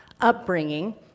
upbringing